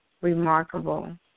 Remarkable